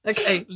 Okay